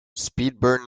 speedbird